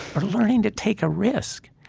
or learning to take a risk.